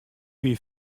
wie